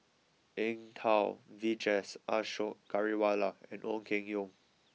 Eng Tow Vijesh Ashok Ghariwala and Ong Keng Yong